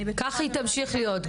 כך היא תמשיך להיות,